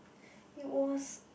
it was